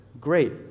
great